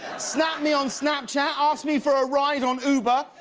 snap me on snapchat, ask me for a ride on uber,